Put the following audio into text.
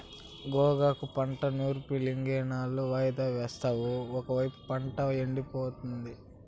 గోగాకు పంట నూర్పులింకెన్నాళ్ళు వాయిదా యేస్తావు ఒకైపు పంట ఎండిపోతాంది